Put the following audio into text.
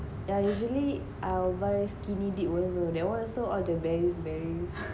yeah usually I'll buy skinny dip that one also all the berries berries